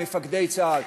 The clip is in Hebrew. למפקדי צה"ל,